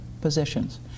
positions